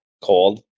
cold